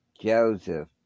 Joseph